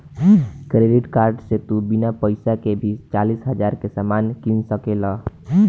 credit card से तू बिना पइसा के भी चालीस हज़ार के सामान किन सकेल